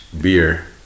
beer